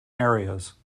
areas